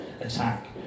attack